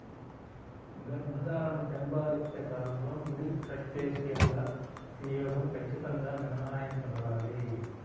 గర్భధారణ, చనుబాలిచ్చే కాలంలో ముడి క్రస్టేసియన్ల వినియోగం ఖచ్చితంగా మినహాయించబడాలి